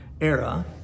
Era